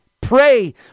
pray